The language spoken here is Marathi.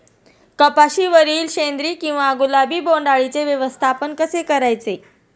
कपाशिवरील शेंदरी किंवा गुलाबी बोंडअळीचे व्यवस्थापन कसे करायचे?